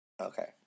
Okay